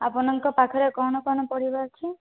ଆପଣଙ୍କ ପାଖରେ କ'ଣ କ'ଣ ପରିବା ଅଛି